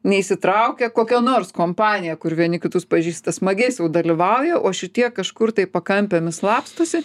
neįsitraukia kokia nors kompanija kur vieni kitus pažįsta smagiais jau dalyvauja o šitie kažkur tai pakampėmis slapstosi